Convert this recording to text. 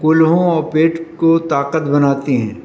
کولہوں اور پیٹ کو طاقت بناتی ہیں